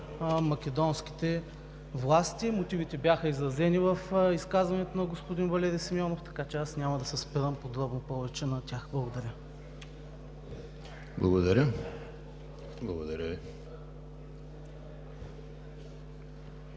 македонските власти. Мотивите бяха изразени в изказването на господин Валери Симеонов, така че аз няма да се спирам подробно повече на тях. Благодаря. ПРЕДСЕДАТЕЛ